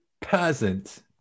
Peasant